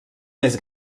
més